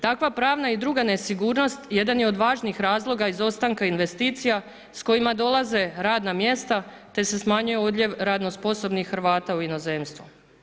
Takva pravna i druga nesigurnost jedan je od važnijih razloga izostanka investicija s kojima dolaze radna mjesta, te se smanjuje odljev radno sposobnih Hrvata u inozemstvo.